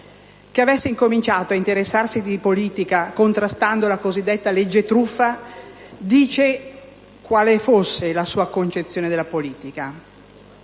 Che avesse incominciato a interessarsi di politica contrastando la cosiddetta legge truffa dice quale fosse la sua concezione della politica.